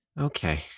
Okay